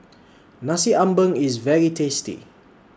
Nasi Ambeng IS very tasty